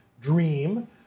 dream